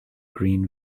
green